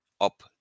up